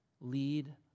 lead